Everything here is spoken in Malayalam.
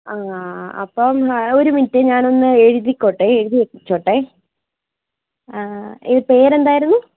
ആ അപ്പം ഒരു മിനിറ്റ് ഞാൻ ഒന്നു എഴുതിക്കോട്ടെ എഴുതിവച്ചോട്ടെ ഇത് പേര് എന്തായിരുന്നു